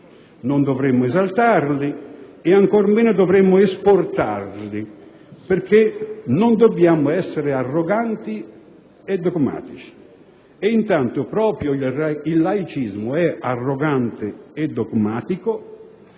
non dovremmo esaltarli e ancor meno dovremmo esportarli, perché non dobbiamo essere arroganti e dogmatici. E intanto, proprio il laicismo è arrogante e dogmatico